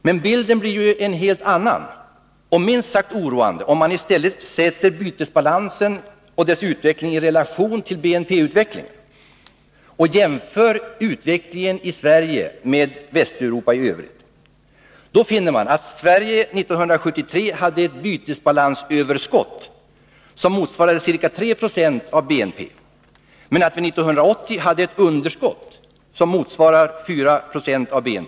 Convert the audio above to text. Men bilden blir ju en helt annan och minst sagt oroande, om man i stället sätter bytesbalansen och dess utveckling i relation till BNP-utvecklingen och jämför utvecklingen i Sverige med Västeuropa i övrigt. Då finner man att Sverige 1973 hade ett bytesbalansöverskott, som motsvarade ca 3 26 av BNP, medan vi 1980 hade ett underskott som motsvarar 4 96 av BNP.